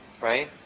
right